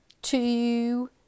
Two